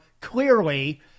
clearly